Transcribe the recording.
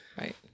right